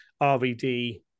RVD